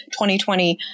2020